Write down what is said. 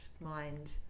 mind